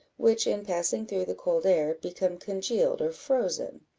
which, in passing through the cold air, become congealed or frozen.